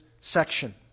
section